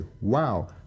wow